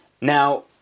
now